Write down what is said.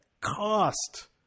cost